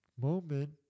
moment